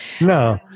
No